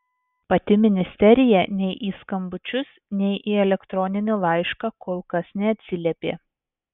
pati ministerija nei į skambučius nei į elektroninį laišką kol kas neatsiliepė